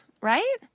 right